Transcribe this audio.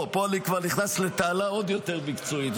פה אני כבר נכנס לתעלה עוד יותר מקצועית,